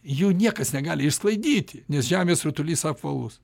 jų niekas negali išsklaidyti nes žemės rutulys apvalus